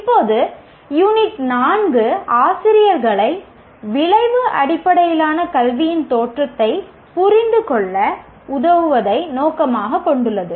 இப்போது யூனிட் 4 ஆசிரியர்களை விளைவு அடிப்படையிலான கல்வியின் தோற்றத்தைப் புரிந்துகொள்ள உதவுவதை நோக்கமாகக் கொண்டுள்ளது